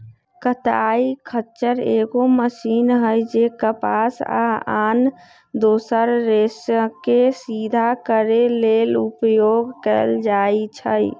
कताइ खच्चर एगो मशीन हइ जे कपास आ आन दोसर रेशाके सिधा करे लेल उपयोग कएल जाइछइ